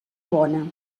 bona